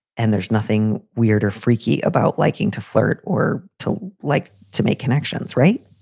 and there's nothing weird or freaky about liking to flirt or to like to make connections, right?